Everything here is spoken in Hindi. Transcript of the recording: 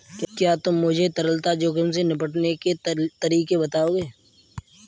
क्या तुम मुझे तरलता जोखिम से निपटने के तरीके बताओगे?